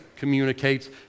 communicates